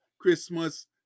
Christmas